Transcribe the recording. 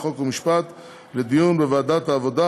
חוק ומשפט לדיון בוועדת העבודה,